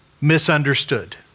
misunderstood